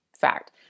fact